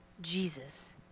Jesus